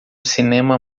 cinema